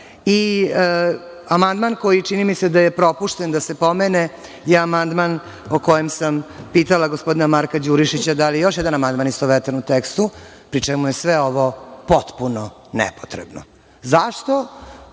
sve. Amandman koji čini mi se da je propušten da se pomene je amandman o kojem sam pitala gospodina Marka Đurišića da li je još jedan amandman istovetan u tekstu, pri čemu je sve ovo nepotrebno. Zašto?